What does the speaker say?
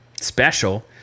special